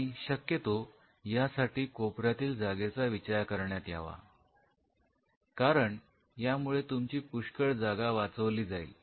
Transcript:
आणि शक्यतो यासाठी कोपऱ्यातील जागेचा विचार करण्यात यावा कारण यामुळे तुमची पुष्कळ जागा वाचवली जाईल